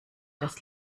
das